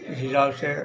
इस हिसाब से